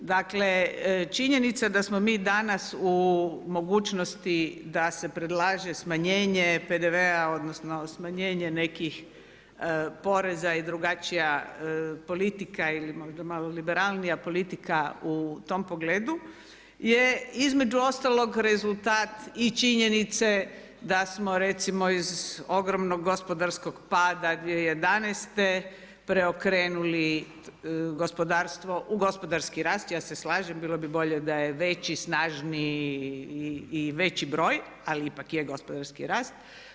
Dakle, činjenica da smo mi danas u mogućnosti da se predlaže smanjenje PDV-a, odnosno smanjenje nekih poreza i drugačija politika ili možda malo liberalnija politika u tom pogledu je između ostalog rezultat i činjenice da smo recimo iz ogromnog gospodarskog pada 2011. preokrenuli gospodarstvo u gospodarski rast, ja se slažem bilo bi bolje da je veći, snažniji i veći broj, ali ipak je gospodarski rast.